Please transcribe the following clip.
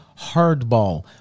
Hardball